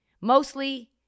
Mostly